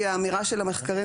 כי האמירה של המחקרים,